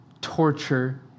torture